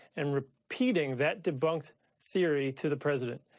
and repeating that debunked theory to the present.